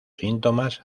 síntomas